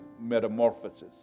metamorphosis